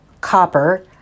copper